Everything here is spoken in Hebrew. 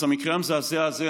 אז המקרה המזעזע הזה,